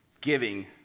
giving